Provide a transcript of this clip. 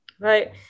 right